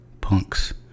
punks